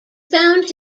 found